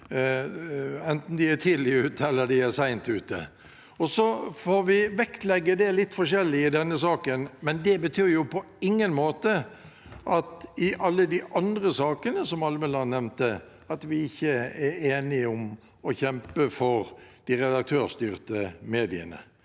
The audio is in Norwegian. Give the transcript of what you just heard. enten de er tidlig eller seint ute. Så får vi vektlegge det litt forskjellig i denne saken, men det betyr på ingen måte at vi i alle de andre sakene Almeland nevnte, ikke er enige om å kjempe for de redaktørstyrte mediene.